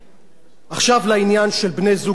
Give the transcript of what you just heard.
לעניין של בני-זוג מאותו מין: